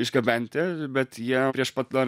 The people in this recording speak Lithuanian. išgabenti bet jie prieš pat dar